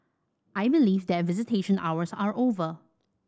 I believe that visitation hours are over